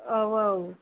औ औ